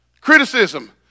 criticism